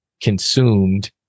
consumed